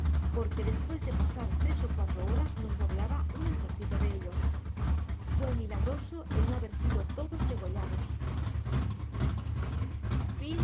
porque despues de pasar tres é cuatro horas nos rodeaba un ejército de ellos fué milagroso el no haber sido todos degollados uno